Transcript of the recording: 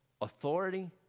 authority